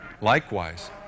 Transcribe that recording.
Likewise